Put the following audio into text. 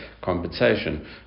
compensation